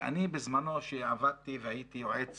ואני בזמנו כשעבדתי והייתי יועץ